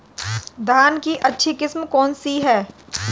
धान की अच्छी किस्म कौन सी है?